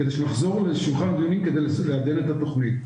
כדי שנחזור לשולחן הדיונים כדי לעדן את התכנית.